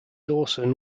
dawson